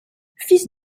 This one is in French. fils